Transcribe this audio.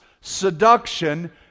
seduction